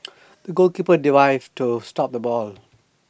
the goalkeeper dived to stop the ball